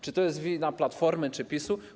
Czy to jest wina Platformy, czy PiS-u?